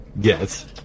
Yes